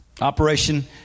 operation